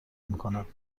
میکنم